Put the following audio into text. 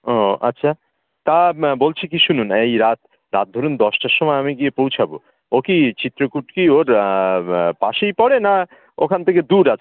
ও আচ্ছা তা বলছি কি শুনুন এই রাত রাত ধরুন দশটার সময় আমি গিয়ে পৌঁছাব ও কি চিত্রকূটকি ওর পাশেই পড়ে না ওখান থেকে দূর আছে